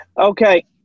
Okay